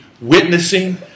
witnessing